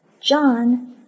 John